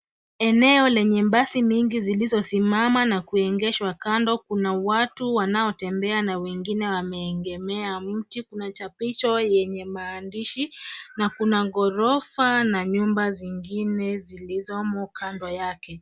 Eneo lenye basi mingi zilizosimama nakuegeshwa kango kuna watu wanao tembea na wengine wameegemea mti. Kuna chapisho yenye maandishi na kuna ghorofa na nyumba zingine zilizomo kando yake.